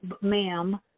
ma'am